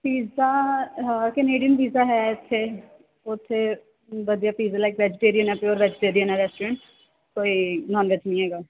pizza Canadian pizza ਹੈ ਇੱਥੇ ਉੱਥੇ ਵਧੀਆ ਪੀਜਾ ਲਾਇਕ ਵੈਜੀਟੇਰੀਅਨ ਆ ਪਿਓਰ ਵੈਜੀਟੇਰੀਅਨ ਆ ਰੈਸਟੂਰੈਂਟ ਕੋਈ ਨੋਨ ਵੈਜ ਨਹੀਂ ਹੈਗਾ